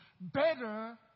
better